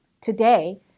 Today